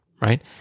right